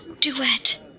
Duet